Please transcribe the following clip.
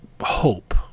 hope